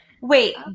Wait